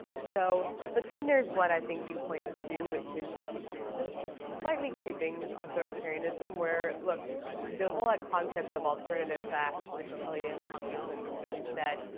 so, but then there's what i think you pointed to which is this slightly creeping authoritarianism where, look the whole concept of alternative facts which kellyanne conway so infamously said,